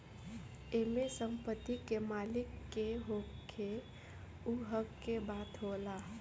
एमे संपत्ति के मालिक के होखे उ हक के बात होला